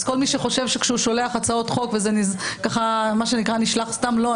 אז כל מי שחושב שהוא שולח הצעות וזה נשלח סתם לא,